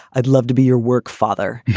i'd love to be your work father.